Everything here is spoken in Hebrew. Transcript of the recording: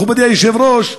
מכובדי היושב-ראש,